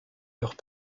leurs